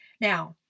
Now